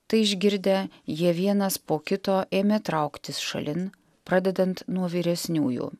tai išgirdę jie vienas po kito ėmė trauktis šalin pradedant nuo vyresniųjų